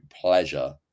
pleasure